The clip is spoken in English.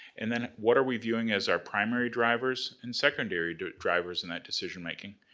and then what are we viewing as our primary drivers and secondary drivers in that decision making?